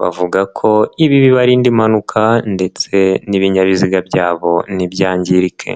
bavuga ko ibi bibarinda impanuka ndetse n'ibinyabiziga byabo ntibyangirike.